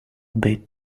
bit